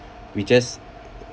we just